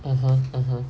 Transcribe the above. mmhmm mmhmm